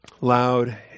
loud